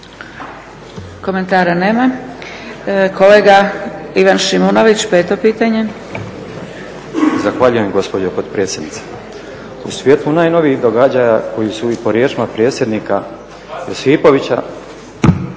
Komentara nema. Kolega Ivan Šimunović, peto pitanje. **Šimunović, Ivan (HSP AS)** Zahvaljujem gospođo potpredsjednice. U svijetlu najnovijih događaja koji su po riječima predsjednika Josipovića,